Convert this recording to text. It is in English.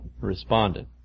responded